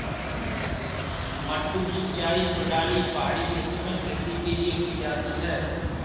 मडडू सिंचाई प्रणाली पहाड़ी क्षेत्र में खेती के लिए की जाती है